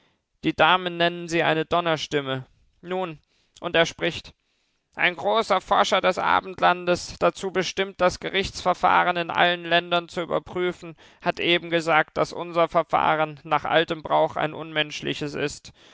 die damen nennen sie eine donnerstimme nun und er spricht ein großer forscher des abendlandes dazu bestimmt das gerichtsverfahren in allen ländern zu überprüfen hat eben gesagt daß unser verfahren nach altem brauch ein unmenschliches ist